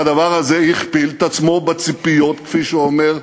והדבר הזה הכפיל את עצמו בציפיות כפי שאמר,